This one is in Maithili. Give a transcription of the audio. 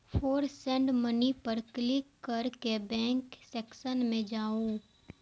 फेर सेंड मनी पर क्लिक कैर के बैंक सेक्शन मे जाउ